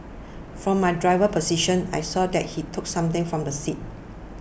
from my driver's position I saw that he took something from the seat